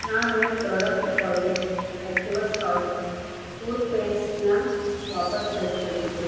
ನಾನು product Colgate active salt ಟೂತ್ಪೇಸ್ಟ್ನ ವಾಪಸ್ಸು ಕಳಿಸ್ಬೇಕಿದೆ